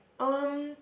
um